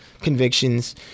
convictions